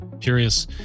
curious